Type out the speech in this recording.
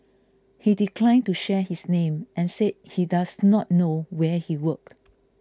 he declined to share his name and said he does not know where he worked